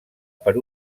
per